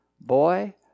Boy